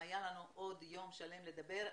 אם היה לנו עוד יום שלם לדבר,